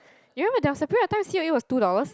you remember there was a period of time C_O_E was two dollar